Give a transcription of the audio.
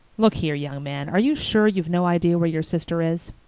look here, young man, are you sure you've no idea where your sister is?